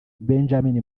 benjamin